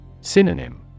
Synonym